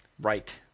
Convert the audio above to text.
Right